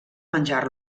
menjar